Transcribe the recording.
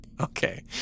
Okay